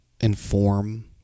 inform